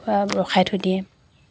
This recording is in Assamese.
ৰখাই থৈ দিয়ে